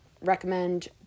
Recommend